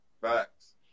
Facts